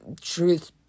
truth